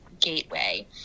gateway